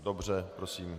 Dobře, prosím.